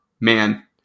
man